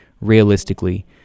realistically